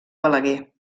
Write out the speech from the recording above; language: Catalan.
balaguer